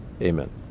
amen